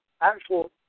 actual